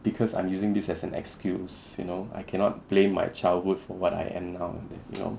because I'm using this as an excuse you know I cannot blame my childhood for what I end up you know